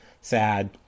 sad